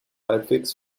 halbwegs